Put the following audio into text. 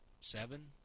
seven